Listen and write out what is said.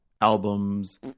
albums